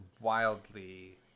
wildly